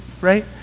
right